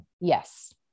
Yes